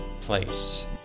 place